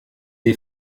des